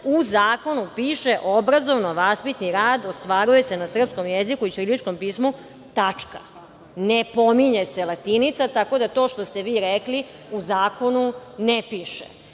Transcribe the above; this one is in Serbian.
U zakonu piše – obrazovno-vaspitni rad ostvaruje se na srpskom jeziku i ćiriličkom pismu, tačka. Ne pominje se latinica, tako da to što ste vi rekli u zakonu ne piše. Kao